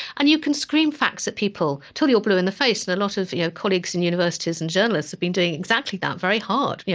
and you can scream facts at people until you're blue in the face, and a lot of colleagues and universities and journalists have been doing exactly that very hard, yeah